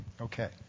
Okay